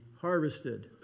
harvested